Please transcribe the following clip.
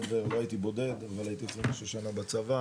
לא הייתי בודד אבל הייתי 26 שנה בצבא